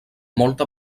molta